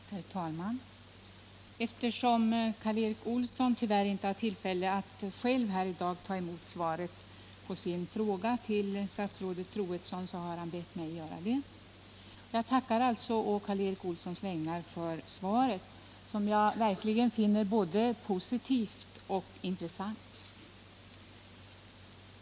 Herr talman! Eftersom Karl Erik Olsson tyvärr inte har tillfälle att själv i dag ta emot svaret på sin fråga till statsrådet Troedsson har han bett mig göra det. Jag tackar alltså på Karl Erik Olssons vägnar för svaret, som jag verkligen finner både positivt och intressant.